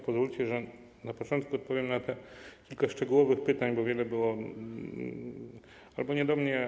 Pozwólcie, że na początku odpowiem na kilka szczegółowych pytań, bo wiele z nich było nie do mnie.